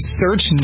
search